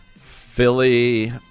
Philly